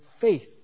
faith